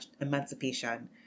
Emancipation